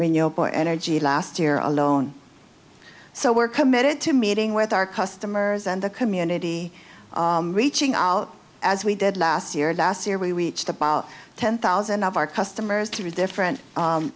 renewable energy last year alone so we're committed to meeting with our customers and the community reaching out as we did last year and last year we reached about ten thousand of our customers to different